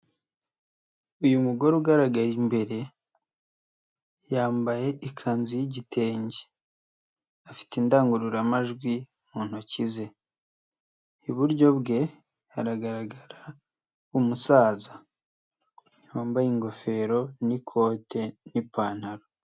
Uyu mugore ugaragaraye imbere yambaye ikanzu y'igitenge. Afite indangururamajwi mu ntoki ze. Iburyo bwe hagaragara umusaza. Wambaye ingofero n'ikote n'ipantaro.